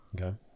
Okay